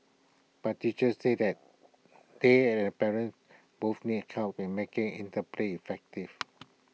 but teachers say that they and the parents both need help in making interplay effective